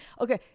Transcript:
Okay